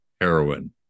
heroin